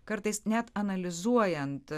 kartais net analizuojant